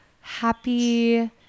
happy